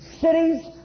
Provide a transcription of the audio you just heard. cities